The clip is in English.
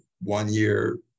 one-year